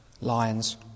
lions